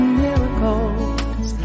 miracles